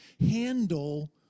handle